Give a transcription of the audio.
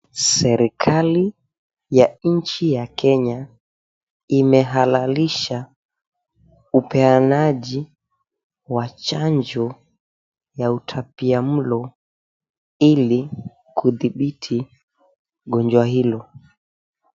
Serikali ya nchi ya Kenya imehalalisha upeanaji wa chanjo ya utapiamlo ili kudhibiti gonjwa hilo.